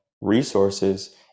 resources